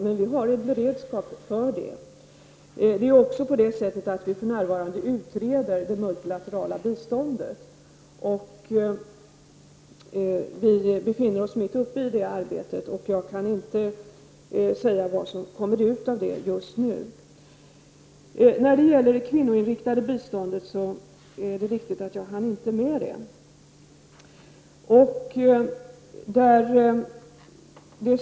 Vi har emellertid en beredskap för detta. Vi utreder dessutom just nu det multilaterala biståndet och befinner oss mitt uppe i det arbetet. För dagen kan jag inte säga vad det kommer ut av det arbetet. Det är riktigt att jag i mitt anförande inte hann ta upp frågan om det kvinnoinriktade biståndet.